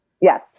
Yes